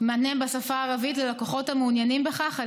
בשפה הערבית ללקוחות המעוניינים בכך על